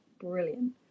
brilliant